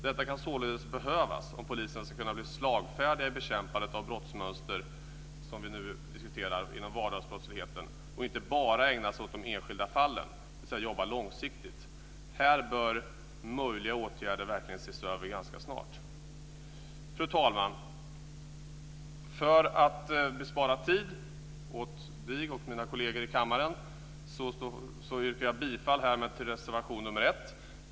Detta kan således behövas om polisen ska kunna bli slagfärdig i bekämpandet av de brottsmönster inom vardagsbrottsligheten som vi nu diskuterar, dvs. kunna jobba långsiktigt och inte bara ägna sig åt de enskilda fallen. Här bör möjliga åtgärder verkligen ses över ganska snart. Fru talman! För att bespara tid åt fru talman och mina kolleger i kammaren yrkar jag härmed bifall till reservation 1.